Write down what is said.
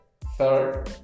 third